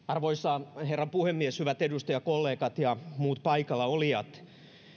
arvoisa herra puhemies hyvät edustajakollegat ja muut paikalla olijat